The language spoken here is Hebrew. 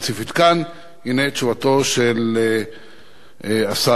הנה תשובתו של השר ד"ר עוזי לנדאו,